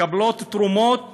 מקבלות תרומות